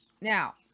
Now